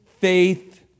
faith